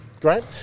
Great